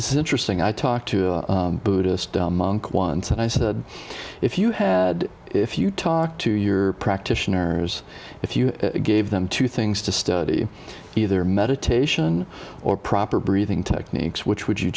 this is interesting i talked to a buddhist monk once and i said if you had if you talk to your practitioners if you gave them two things to study either meditation or proper breathing techniques which would you